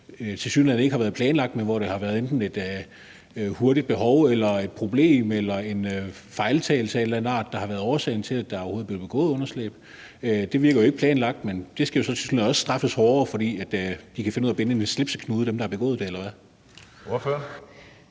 tilsyneladende ikke har været planlagt, men hvor det enten har været et hurtigt behov, et problem eller en fejltagelse af en eller anden art, der har været årsagen til, at der overhovedet er blevet begået underslæb. Det virker jo ikke planlagt, men det skal jo så tilsyneladende også straffes hårdere, fordi dem, der har begået det, kan finde ud af at binde en slipseknude, eller hvad?